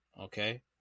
okay